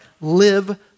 live